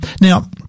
Now